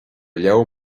leabhar